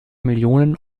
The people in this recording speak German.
millionen